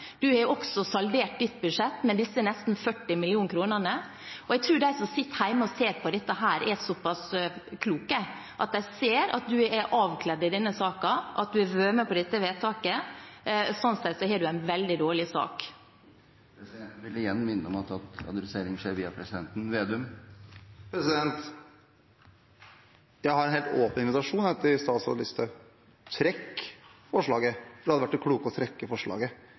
Du har også saldert ditt budsjett med disse nesten 40 millioner kronene. Jeg tror at de som sitter hjemme og ser på dette, er såpass kloke at de ser at du er avkledd i denne saken. Du har vært med på dette vedtaket. Sånn sett har du en veldig dårlig sak. Presidenten vil igjen minne om at all tale skal gå via presidenten. Jeg har en helt åpen invitasjon til statsråd Listhaug: Trekk forslaget. Det hadde vært klokt å trekke forslaget.